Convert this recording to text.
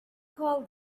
call